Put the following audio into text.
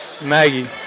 Maggie